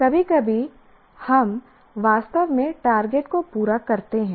कभी कभी हम वास्तव में टारगेट को पूरा करते हैं